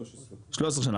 13. 13 שנה,